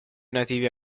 nativi